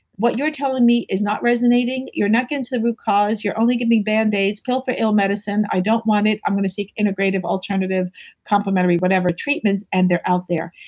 what you're telling me is not resonating. you're not getting to the root cause. you're only giving me bandaids, pills for ill medicine, i don't want it. i'm gonna seek integrative alternative complimentary, whatever, treatments and they're out there.